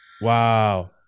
Wow